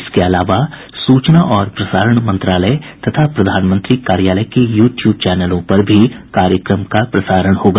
इसके अलावा सूचना और प्रसारण मंत्रालय तथा प्रधानमंत्री कार्यालय के यू ट्यूब चैनलों पर भी कार्यक्रम का प्रसारण होगा